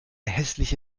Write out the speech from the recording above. hässliche